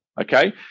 Okay